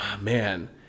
man